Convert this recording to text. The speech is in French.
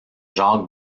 jacques